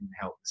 help